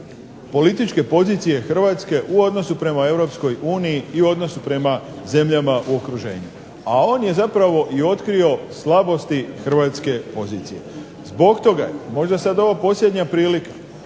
političke pozicije Hrvatske u odnosu prema Europskoj uniji i odnosu prema zemljama u okruženju, a on je zapravo i otkrio slabosti hrvatske pozicije. Zbog toga, možda je sad ovo posljednja prilika